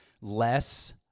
less